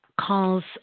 calls